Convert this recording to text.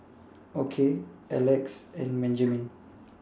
Okey Elex and Benjiman